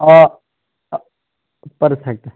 آ پٔرفٮ۪کٹہٕ